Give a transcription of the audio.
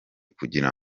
kugira